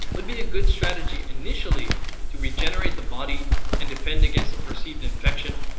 would be a good strategy initially to regenerate the body and defend against the perceived infection,